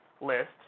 list